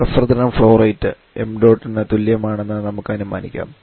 refrigerant flow rate ṁ ന് തുല്യമാണെന്ന് നമുക്ക് അനുമാനിക്കാം